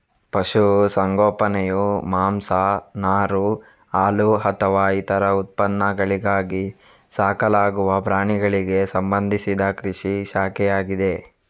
ಪಶು ಸಂಗೋಪನೆಯು ಮಾಂಸ, ನಾರು, ಹಾಲುಅಥವಾ ಇತರ ಉತ್ಪನ್ನಗಳಿಗಾಗಿ ಸಾಕಲಾಗುವ ಪ್ರಾಣಿಗಳಿಗೆ ಸಂಬಂಧಿಸಿದ ಕೃಷಿಯ ಶಾಖೆಯಾಗಿದೆ